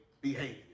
behavior